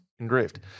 engraved